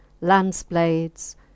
lance-blades